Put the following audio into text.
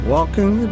Walking